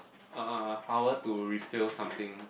uh power to refill something